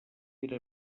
era